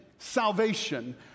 Salvation